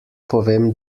povem